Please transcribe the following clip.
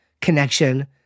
connection